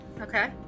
Okay